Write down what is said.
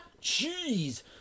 Jeez